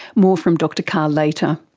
more from dr karl later.